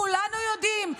כולנו יודעים.